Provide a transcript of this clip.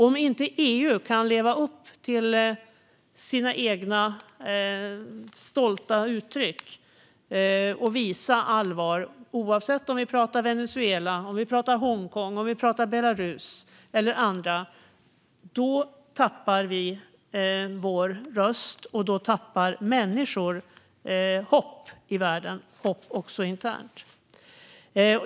Om inte EU kan leva upp till sina egna stolta uttryck och visa allvar - oavsett om det gäller Venezuela, Hongkong, Belarus eller andra länder - tappar vi vår röst. Då tappar människor hopp i världen, hopp också internt.